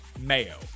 mayo